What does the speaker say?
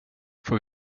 får